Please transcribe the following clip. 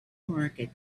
market